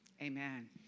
Amen